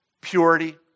purity